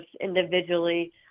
individually